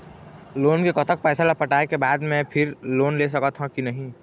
Loan के कतक पैसा ला पटाए के बाद मैं फिर लोन ले सकथन कि नहीं?